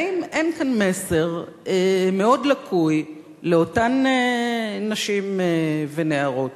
האם אין כאן מסר מאוד לקוי לאותן נשים ונערות?